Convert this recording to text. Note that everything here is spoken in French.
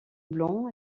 blanc